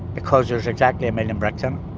because there's exactly a million bricks in it.